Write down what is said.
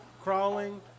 crawling